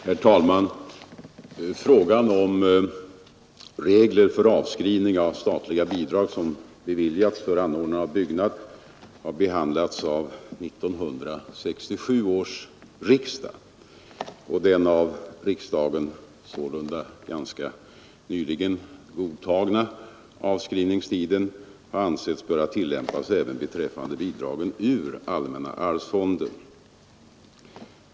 Herr talman! Frågan om regler för avskrivning av statliga bidrag som beviljats för byggnadsändamål har behandlats av 1967 års riksdag, och den av riksdagen sålunda ganska nyligen godtagna avskrivningstiden har ansetts böra tillämpas även när det gäller bidrag från allmänna arvsfonden.